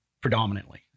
predominantly